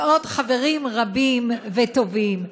ועוד חברים רבים וטובים,